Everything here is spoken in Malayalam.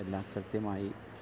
എല്ലാം കൃത്യമായി